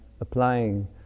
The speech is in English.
applying